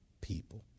people